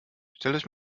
stellt